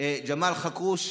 ג'מאל חכרוש,